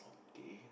okay